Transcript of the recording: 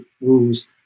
rules